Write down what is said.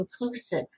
inclusive